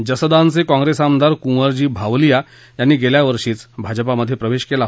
जसदानचे काँग्रेस आमदार कुखिजी भावलीया यार्ती गेल्या वर्षातच भाजपा प्रवेश केला